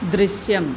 ദൃശ്യം